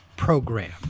Program